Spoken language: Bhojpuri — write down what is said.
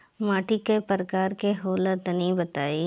माटी कै प्रकार के होला तनि बताई?